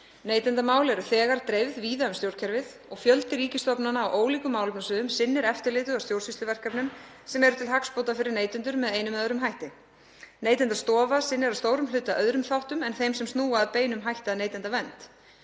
Neytendamál eru þegar dreifð víða um stjórnkerfið og fjöldi ríkisstofnana á ólíkum málefnasviðum sinnir eftirliti og stjórnsýsluverkefnum sem eru til hagsbóta fyrir neytendur með einum eða öðrum hætti. Neytendastofa sinnir að stórum hluta öðrum þáttum en þeim sem snúa með beinum hætti að neytendavernd.